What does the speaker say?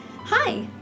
Hi